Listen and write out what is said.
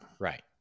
right